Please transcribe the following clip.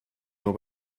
nur